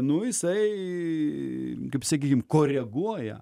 nu jisai kaip sakykime koreguoja